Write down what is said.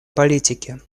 политики